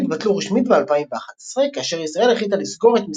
היחסים התבטלו רשמית ב-2011 כאשר ישראל החליטה לסגור את